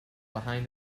behind